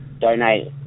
donate